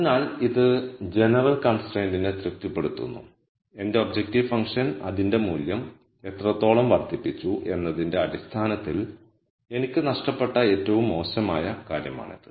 അതിനാൽ ഇത് ജെനെറൽ കൺസ്ട്രയ്ന്റിനെ തൃപ്തിപ്പെടുത്തുന്നു എന്റെ ഒബ്ജക്റ്റീവ് ഫങ്ക്ഷൻ അതിന്റെ മൂല്യം എത്രത്തോളം വർദ്ധിപ്പിച്ചു എന്നതിന്റെ അടിസ്ഥാനത്തിൽ എനിക്ക് നഷ്ടപ്പെട്ട ഏറ്റവും മോശമായ കാര്യമാണിത്